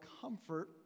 comfort